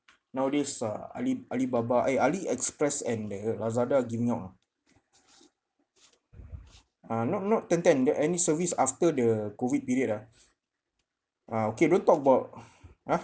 nowadays uh ali~ alibaba eh ali express and the lazada giving out ah ah not not ten ten the any service after the COVID period ah ah okay don't talk about !huh!